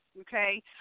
Okay